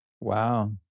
Wow